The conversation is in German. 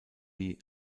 wie